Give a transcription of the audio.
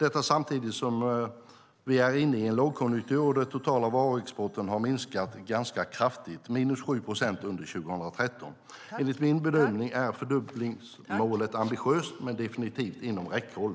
Detta samtidigt som vi är inne i en lågkonjunktur och den totala varuexporten har minskat ganska kraftigt - minus 7 procent under 2013. Enligt min bedömning är fördubblingsmålet ambitiöst, men definitivt inom räckhåll.